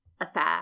affair